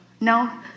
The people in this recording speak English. No